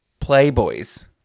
playboys